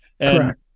Correct